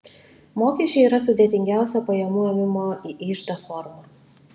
mokesčiai yra sudėtingiausia pajamų ėmimo į iždą forma